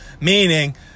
meaning